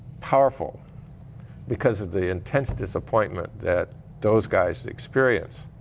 powerful because of the intense disappointment that those guys experienced,